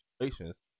situations